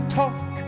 talk